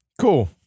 Cool